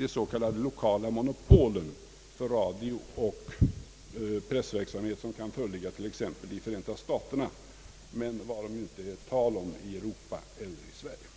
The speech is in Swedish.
ett s.k. lokalmonopol för radiooch pressverksamhet kan föreligga i t.ex. Förenta staterna, men varom ju icke är tal i Europa och framför allt inte i Sverige.